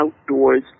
outdoors